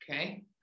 Okay